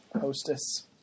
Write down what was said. hostess